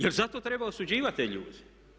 Jel' zato treba osuđivati te ljude?